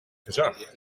gezag